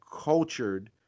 cultured